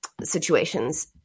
situations